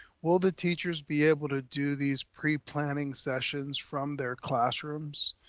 will the teachers be able to do these pre-planning sessions from their classrooms?